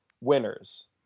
winners